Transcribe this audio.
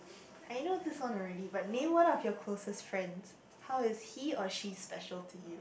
I know this one already but name one of your closest friends how is he or she special to you